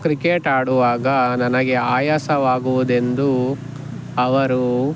cricket ಆಡುವಾಗ ನನಗೆ ಆಯಾಸವಾಗುವುದೆಂದು ಅವರು